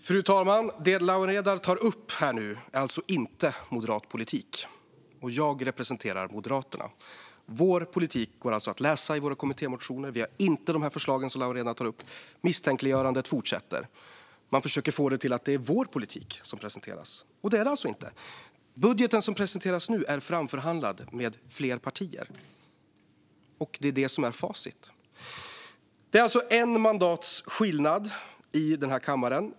Fru talman! Det Lawen Redar nu tar upp är alltså inte moderat politik. Jag representerar Moderaterna. Vår politik går att läsa i våra kommittémotioner. Vi har inte de förslag som Lawen Redar tar upp. Misstänkliggörandet fortsätter. Man försöker få det till att det är vår politik som presenteras, och det är det alltså inte. Budgeten som presenteras nu är framförhandlad med flera partier. Det är det som är facit. Det är en mandats skillnad i den här kammaren.